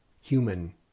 human